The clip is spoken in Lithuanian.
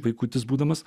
vaikutis būdamas